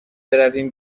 برویم